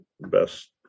best